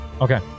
Okay